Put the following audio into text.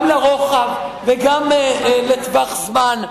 גם לרוחב וגם בטווח זמן.